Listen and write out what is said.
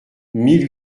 mille